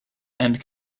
end